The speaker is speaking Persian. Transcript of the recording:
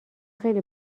خیلی